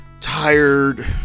tired